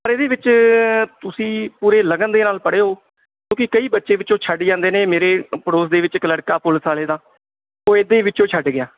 ਪਰ ਇਹਦੇ ਵਿੱਚ ਤੁਸੀਂ ਪੂਰੇ ਲਗਨ ਦੇ ਨਾਲ ਪੜ੍ਹੋ ਕਿਉਂਕਿ ਕਈ ਬੱਚੇ ਵਿੱਚੋਂ ਛੱਡ ਜਾਂਦੇ ਨੇ ਮੇਰੇ ਅ ਪੜੋਸ ਦੇ ਵਿੱਚ ਇੱਕ ਲੜਕਾ ਪੁਲਿਸ ਵਾਲੇ ਦਾ ਉਹ ਇੱਦਾਂ ਹੀ ਵਿੱਚੋਂ ਛੱਡ ਗਿਆ